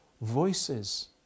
voices